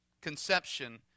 Conception